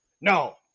No